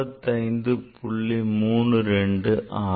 32 ஆகும்